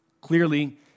clearly